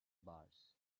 bars